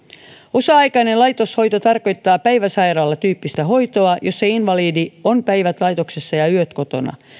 osa aikainen laitoshoito tarkoittaa päiväsairaalatyyppistä hoitoa jossa invalidi on päivät laitoksessa ja yöt kotona